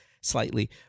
slightly